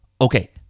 Okay